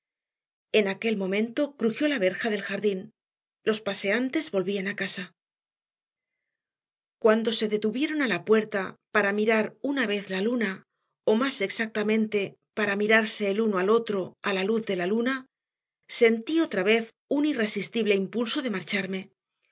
en aquel momento crujió la verja del jardín los paseantes volvían a casa cuando se detuvieron en la puerta para mirar una vez la luna o más exactamente para mirarse el uno mas al otro a la luz luna sentí otra vez un irresistible impulso de marcharme